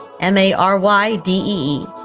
M-A-R-Y-D-E-E